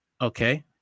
Okay